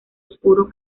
oscuro